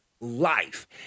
life